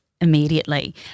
immediately